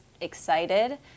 excited